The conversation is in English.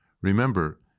Remember